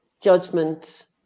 judgment